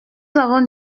avons